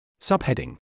Subheading